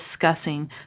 discussing